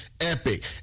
epic